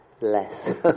less